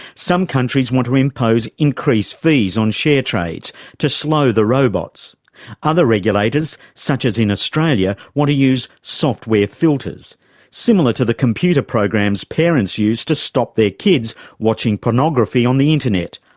some countries want to impose increased fees on share trades to slow the robots other regulators, such as in australia, want to use software filters similar to the computer programs parents use to stop their kids watching pornography on the internet,